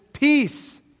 Peace